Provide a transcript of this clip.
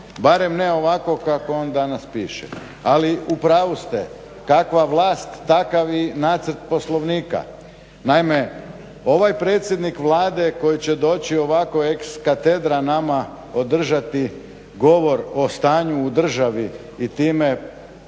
128.barem ne ovako kako on danas piše. Ali u pravu ste, kakav vlast takav i nacrt poslovnika. Naime, ovaj predsjednik Vlade koji će doći ovako ex katedra nama održati govor o stanju u državi i time